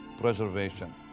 preservation